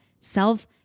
Self-